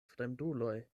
fremduloj